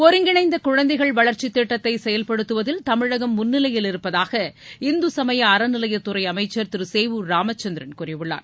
ஒருங்கிணைந்த குழந்தைகள் வளர்ச்சி திட்டத்தை செயல்படுத்துவதில் தமிழகம் முன்னிலையில் இருப்பதாக இந்து சமய அறநிலையத்துறை அமைச்சர் திரு சேவூர் ராமச்சந்திரன் கூறியுள்ளார்